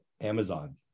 Amazon